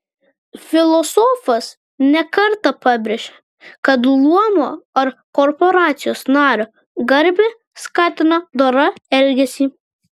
filosofas ne kartą pabrėžia kad luomo ar korporacijos nario garbė skatina dorą elgesį